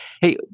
Hey